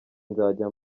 nzajya